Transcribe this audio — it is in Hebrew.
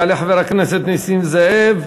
יעלה חבר הכנסת נסים זאב,